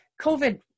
COVID